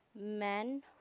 men